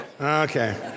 Okay